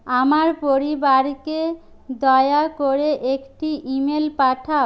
আমার পরিবারকে দয়া করে একটি ইমেল পাঠাও